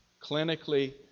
Clinically